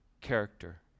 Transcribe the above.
character